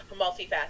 multifaceted